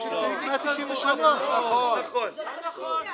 אתה אומר - לא, כל חוב לגופו.